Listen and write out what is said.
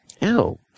ew